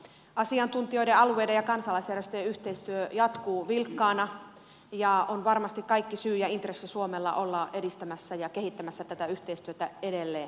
asiantuntijoiden alueiden ja kansalaisjärjestöjen yhteistyö jatkuu vilkkaana ja suomella on varmasti kaikki syy ja intressi olla edistämässä ja kehittämässä tätä yhteistyötä edelleen